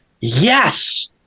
Yes